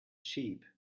sheep